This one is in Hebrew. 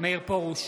מאיר פרוש,